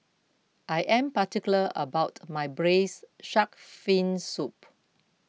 I am particular about my Braised Shark Fin Soup